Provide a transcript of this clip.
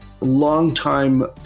longtime